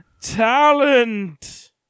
talent